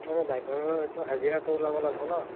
মানে ড্ৰাইভাৰৰ এইটো হাজিৰাটো ওলাব লাগিব ন